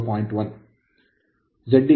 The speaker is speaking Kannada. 1